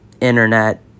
Internet